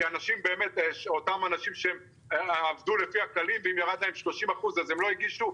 כי אותם אנשים שעבדו לפי הכללים ואם ירד להם 30% אז הם לא הגישו.